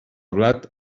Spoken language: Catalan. blat